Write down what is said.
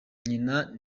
nyina